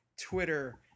Twitter